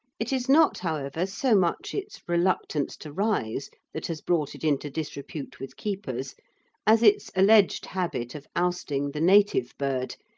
it is not, however, so much its reluctance to rise that has brought it into disrepute with keepers as its alleged habit of ousting the native bird,